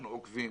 אנחנו עוקבים.